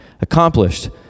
accomplished